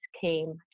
came